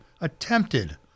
attempted